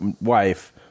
wife